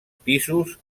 pisos